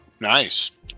Nice